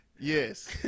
Yes